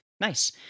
Nice